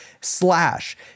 slash